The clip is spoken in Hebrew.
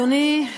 אדוני,